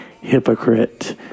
hypocrite